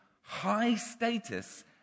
high-status